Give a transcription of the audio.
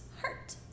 heart